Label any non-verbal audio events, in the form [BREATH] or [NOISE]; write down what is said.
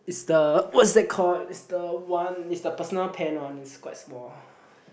is the what's that called is the one is the personal pan one is quite small [BREATH]